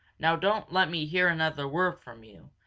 now don't let me hear another word from you,